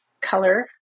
color